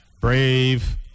Brave